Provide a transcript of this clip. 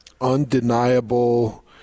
undeniable